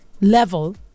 level